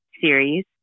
series